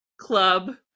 Club